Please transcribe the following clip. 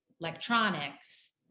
electronics